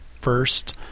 first